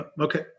okay